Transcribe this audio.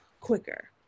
quicker